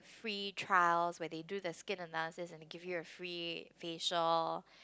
free trials where they do the skin analysis and they give you a free facial